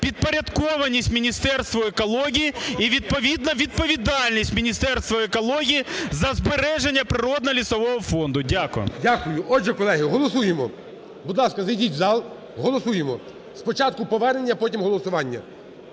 підпорядкованість Міністерству екології і, відповідно, відповідальність Міністерства екології за збереження природно-лісового фонду. Дякую. ГОЛОВУЮЧИЙ. Дякую. Отже, колеги, голосуємо. Будь ласка, зайдіть в зал. Голосуємо. Спочатку повернення, а потім голосування.